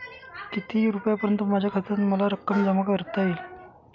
किती रुपयांपर्यंत माझ्या खात्यात मला रक्कम जमा करता येईल?